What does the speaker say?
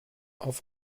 auf